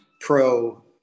pro